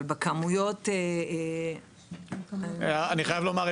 אבל בכמויות --- אני חייב לומר,